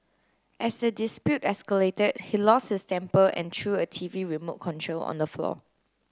as the dispute escalated he lost his temper and threw a T V remote control on the floor